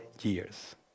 years